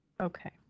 okay